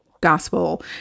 gospel